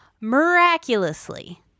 Miraculously